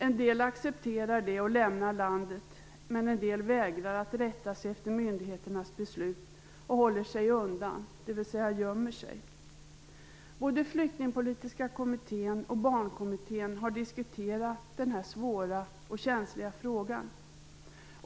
En del accepterar detta och lämnar landet, men en del vägrar att rätta sig efter myndigheternas beslut och håller sig undan, dvs. gömmer sig. Både Flyktingpolitiska kommittén och Barnkommittén har diskuterat den här svåra och känsliga frågan.